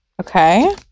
Okay